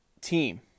team